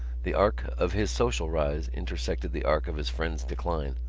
the arc of his social rise intersected the arc of his friend's decline,